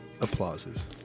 applauses